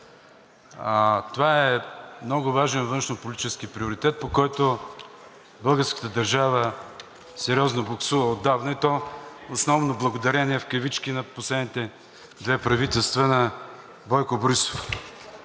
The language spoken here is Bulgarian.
Това е много важен външнополитически приоритет, по който българската държава сериозно боксува отдавна, и то основно благодарение в кавички на последните две правителства на Бойко Борисов.